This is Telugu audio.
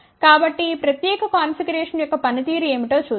కాబట్టి ఈ ప్రత్యేక కాన్ఫిగరేషన్ యొక్క పని తీరు ఏమిటో చూద్దాం